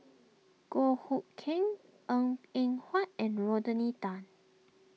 Goh Hood Keng Ng Eng Huat and Rodney Tan